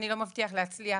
אני לא מבטיח להצליח,